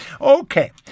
Okay